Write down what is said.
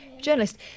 Journalist